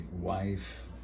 wife